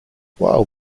while